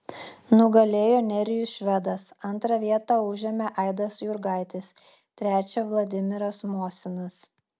nugalėjo nerijus švedas antrą vietą užėmė aidas jurgaitis trečią vladimiras mosinas